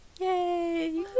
Yay